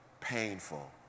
painful